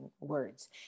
words